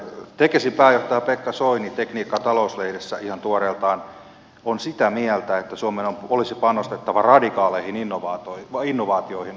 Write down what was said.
tekesin pääjohtaja pekka soini tekniikka talous lehdessä ihan tuoreeltaan on sitä mieltä että suomen olisi panostettava radikaaleihin innovaatioihin